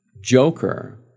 joker